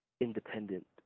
independent